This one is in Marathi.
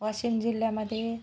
वाशिम जिल्ल्यामदे